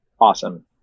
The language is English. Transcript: awesome